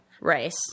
Rice